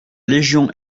légion